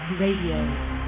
Radio